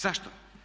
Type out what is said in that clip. Zašto?